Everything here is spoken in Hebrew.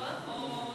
חוק הביטוח